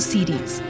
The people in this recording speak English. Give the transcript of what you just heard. Series